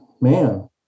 man